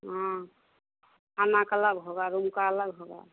हाँ खाने का अलग होगा रूम का अलग होगा